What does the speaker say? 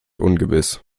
ungewiss